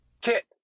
Kit